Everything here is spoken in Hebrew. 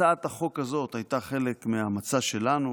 הצעת החוק הזאת הייתה חלק מהמצע שלנו,